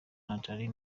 nathalie